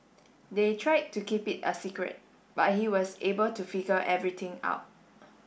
they tried to keep it a secret but he was able to figure everything out